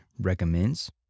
recommends